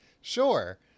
Sure